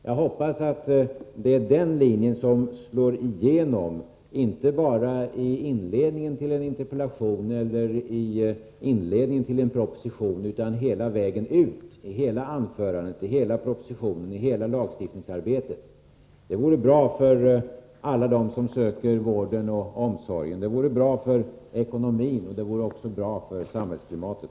Jag hoppas att det är den linjen som slår igenom, inte bara i inledningen till ett interpellationssvar eller en proposition, utan hela vägen ut, i hela anförandet, i hela propositionen, och i hela lagstiftningsarbetet. Det vore bra för alla dem som söker vården, det vore bra för ekonomin, och det vore också bra för samhällsklimatet.